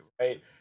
right